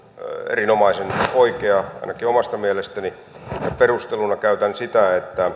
erinomaisen oikea ainakin omasta mielestäni perusteluna käytän sitä että runsas